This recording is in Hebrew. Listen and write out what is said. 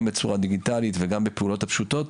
גם בצורה דיגיטלית וגם בפעולות הפשוטות,